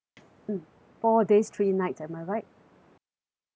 mm four days three nights am I right